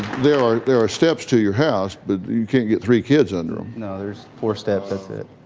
there are there are steps to your house but you can't get three kids under them. no, there's four steps, that's it.